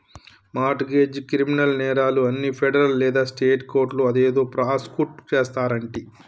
mart గెజ్, criminal నేరాలు అన్ని federal లేదా స్టేట్ కోర్టులో అదేదో ప్రాసుకుట్ చేస్తారంటి